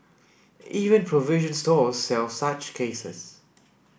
even provision stores sell such cases